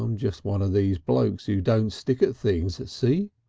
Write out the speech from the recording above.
um just one of those blokes who don't stick at things, see?